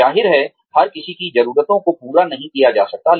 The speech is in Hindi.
जाहिर है हर किसी की ज़रूरतों को पूरा नहीं किया जा सकता